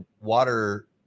water